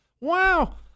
wow